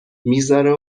میگذاره